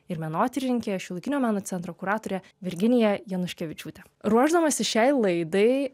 ir menotyrininke šiuolaikinio meno centro kuratore virginija januškevičiūte ruošdamasis šiai laidai